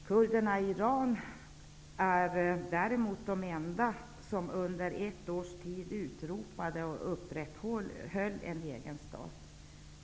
Kurderna i Iran är däremot de enda som under ett års tid utropade och upprätthöll en egen stat.